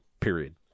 period